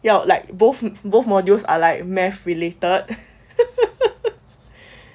要 like both both modules are like math related